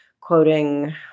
quoting